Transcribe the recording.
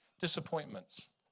disappointments